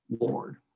Lord